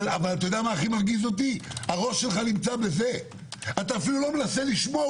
אבל יודע מה הכי מרגיז אותי אתה אפילו לא מנסה לשמוע,